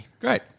Great